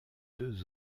deux